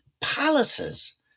palaces